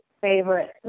favorite